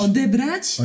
Odebrać